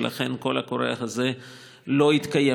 ולכן הקול קורא הזה לא התקיים.